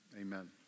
amen